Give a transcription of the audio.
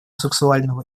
сексуального